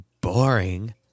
Boring